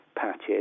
patches